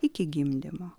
iki gimdymo